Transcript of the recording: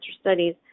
studies